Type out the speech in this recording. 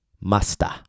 Master